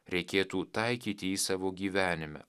reikėtų taikyti jį savo gyvenime